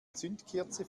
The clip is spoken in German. zündkerze